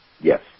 Yes